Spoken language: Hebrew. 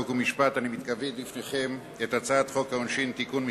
חוק ומשפט אני מתכבד להביא לפניכם את הצעת חוק העונשין (תיקון מס'